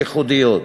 ייחודיות.